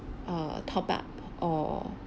err top up or